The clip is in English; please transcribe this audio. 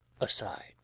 aside